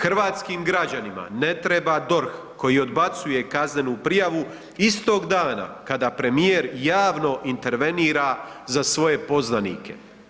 Hrvatskim građanima na treba DORH koji odbacuje kaznenu prijavu istog dana kada premijer javno intervenira za svoje poznanike.